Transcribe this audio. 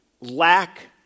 lack